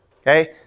Okay